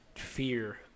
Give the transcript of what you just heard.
fear